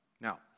Now